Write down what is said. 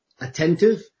attentive